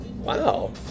Wow